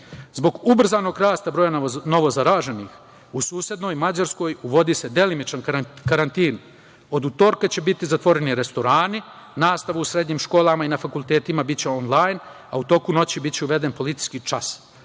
Zbog ubrzanog rasta broja novozaraženih, u susednoj Mađarskoj uvodi se delimičan karantin, od utorka će biti zatvoreni restorani, nastava u srednjim školama i fakultetima biće on-lajn, a u toku noći biće uveden policijski čas.